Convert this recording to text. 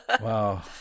Wow